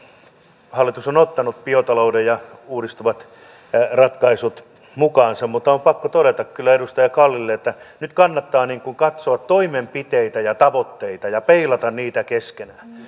on tärkeää että hallitus on ottanut biotalouden ja uudistuvat ratkaisut mukaansa mutta on pakko todeta kyllä edustaja kallille että nyt kannattaa katsoa toimenpiteitä ja tavoitteita ja peilata niitä keskenään